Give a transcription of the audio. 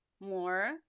more